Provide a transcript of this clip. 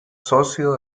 socio